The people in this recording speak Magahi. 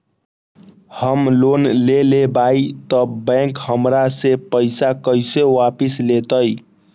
हम लोन लेलेबाई तब बैंक हमरा से पैसा कइसे वापिस लेतई?